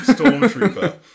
Stormtrooper